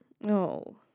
No